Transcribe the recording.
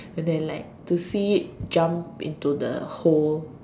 and then like to see it jump into the hole